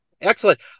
excellent